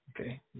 okay